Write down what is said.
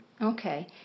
Okay